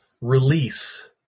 release